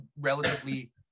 relatively